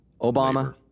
Obama